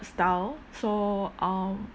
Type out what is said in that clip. style so um